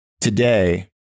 today